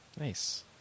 Nice